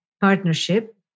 partnership